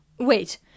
wait